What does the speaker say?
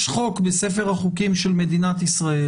יש חוק בספר החוקים של מדינת ישראל.